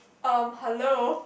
erm hello